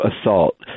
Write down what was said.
assault